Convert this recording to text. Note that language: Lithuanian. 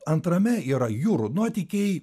antrame yra jūrų nuotykiai